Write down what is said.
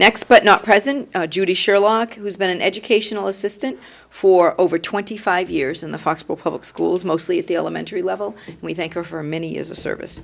next but not president judy sherlock who's been an educational assistant for over twenty five years in the foxboro public schools mostly at the elementary level we thank her for many years of service